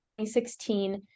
2016